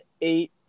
eight